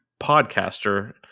podcaster